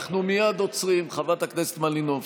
אנחנו מייד עוצרים, חברת הכנסת מלינובסקי.